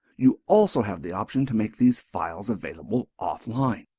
you also have the option to make these files available offline.